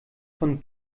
von